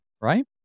Right